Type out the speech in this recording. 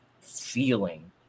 feeling